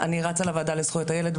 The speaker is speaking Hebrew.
וגם אני רצה לוועדה לזכויות הילד,